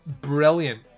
brilliant